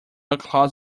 across